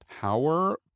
power